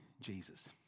Jesus